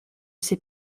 ses